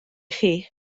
chi